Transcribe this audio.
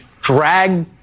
drag